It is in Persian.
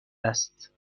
است